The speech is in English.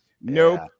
Nope